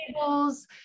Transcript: tables